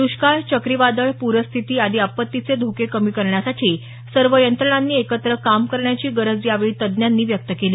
दुष्काळ चक्रीवादळ पूरस्थिती आदी आपत्तीचे धोके कमी करण्यासाठी सर्व यंत्रणांनी एकत्र काम करण्याची गरज यावेळी तज्ज्ञांनी व्यक्त केली